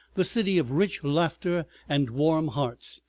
the city of rich laughter and warm hearts,